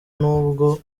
n’ubwo